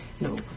no